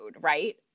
right